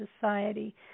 society